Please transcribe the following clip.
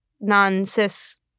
non-cis